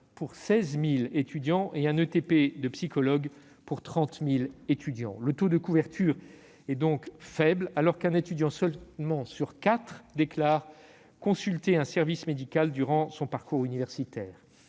pour 16 000 étudiants et un ETP de psychologue pour 30 000 étudiants. Le taux de couverture est donc faible, alors que seulement un étudiant sur quatre déclare consulter un service médical durant son parcours universitaire.